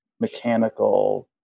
mechanical